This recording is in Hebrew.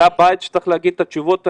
זה הבית שצריך להגיד את התשובות,